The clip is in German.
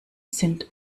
sind